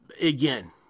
Again